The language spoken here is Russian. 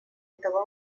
этого